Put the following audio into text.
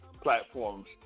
platforms